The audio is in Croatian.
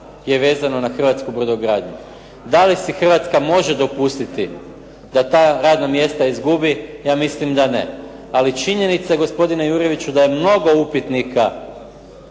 je vezano na hrvatsku brodogradnju. Da li si Hrvatska može dopustiti da ta radna mjesta izgubi, ja mislim da ne. Ali činjenica je gospodine Jurjeviću da je mnogo upitnika